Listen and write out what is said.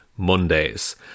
Mondays